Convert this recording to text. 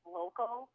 local